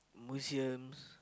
museums